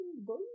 boy